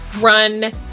run